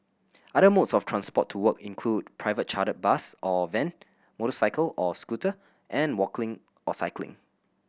other modes of transport to work include private chartered bus or van motorcycle or scooter and walking or cycling